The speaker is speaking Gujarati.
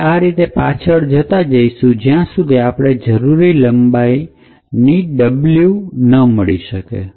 આપણે આ રીતે પાછળ જતા જઈશું જ્યાં સુધી આપણે જરૂરી લંબાઈ w ન મળી શકે